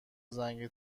زنگ